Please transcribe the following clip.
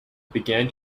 began